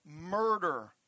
murder